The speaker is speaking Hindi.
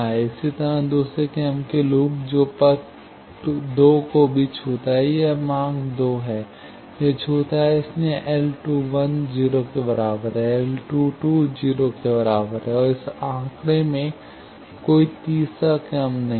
इसी तरह दूसरे क्रम के लूप जो पथ 2 को भी छूता है यह मार्ग 2 है यह छूता है कि इसीलिए L 0 के बराबर है L 0 के बराबर है और इस आंकड़े में कोई तीसरा क्रम नहीं है